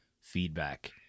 feedback